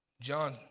John